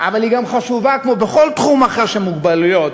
אבל היא גם חשובה, כמו בכל תחום אחר של מוגבלות,